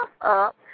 up